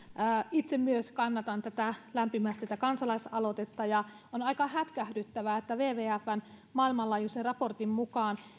itse myös kannatan lämpimästi tätä kansalaisaloitetta on aika hätkähdyttävää että wwfn maailmanlaajuisen raportin mukaan ihmisen